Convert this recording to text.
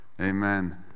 amen